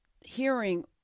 hearing